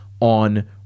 on